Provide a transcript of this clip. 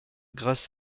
grâce